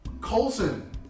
colson